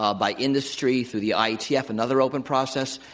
ah by industry through the ietf, yeah another open process.